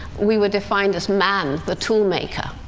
we were defined as man, the toolmaker.